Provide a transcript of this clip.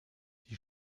die